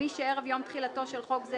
"מי שערב יום תחילתו של חוק זה,